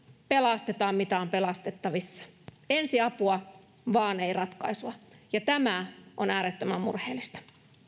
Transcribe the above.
pelastetaan mitä on pelastettavissa ensiapua vaan ei ratkaisua ja tämä on äärettömän murheellista